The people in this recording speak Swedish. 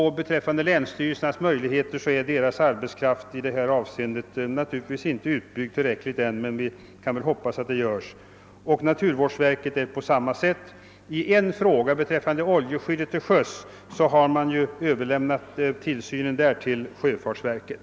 Vad beträffar länsstyrelsernas möjligheter att hjälpa till vill jag säga att de naturligtvis inte har tillräcklig arbetskraft — det är på samma sätt med naturvårdsverket — men vi kan hoppas att en del kan göras. På ett område, nämligen beträffande oljeskyddet till sjöss, har man överlåtit tillsynen på sjöfartsverket.